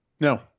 No